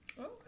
Okay